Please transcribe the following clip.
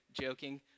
joking